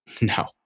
No